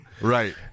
Right